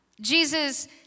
Jesus